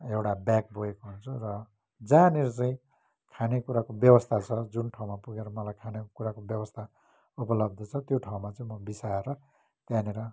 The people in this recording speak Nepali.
एउटा ब्याग बोकेको हुन्छु र जहाँनिर चाहिँ खाने कुराकोको ब्यवस्था छ जुन ठाउँमा पुगेर मलाई खाने कुराको व्यवस्था उपलब्ध छ त्यो ठाउँमा चाहिँ म बिसाएर त्यहाँनिर